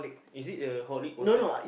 is it uh horlick water